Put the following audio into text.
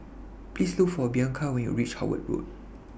Please Look For Bianca when YOU REACH Howard Road